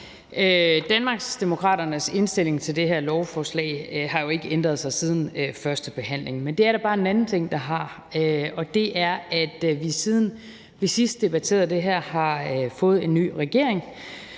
Danmarksdemokraternes indstilling til det her lovforslag har jo ikke ændret sig siden førstebehandlingen, men det er der bare en anden ting, der har, og det er, at vi, siden vi sidst debatterede det her, har fået en ny regering,